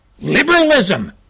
Liberalism